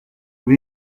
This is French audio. vous